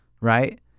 right